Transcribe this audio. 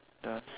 does